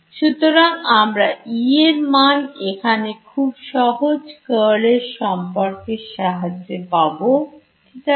সুতরাং আমরা E এর মান এখানে খুব সহজ curl এর সম্পর্কেরা সাহায্য পাব ঠিক আছে